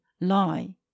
lie